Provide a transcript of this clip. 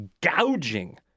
gouging